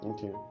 Okay